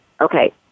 okay